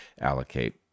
allocate